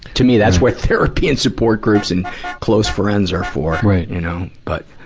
to me, that where therapy and support groups and close friends are for, you know. but